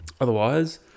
Otherwise